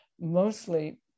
mostly